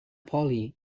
poly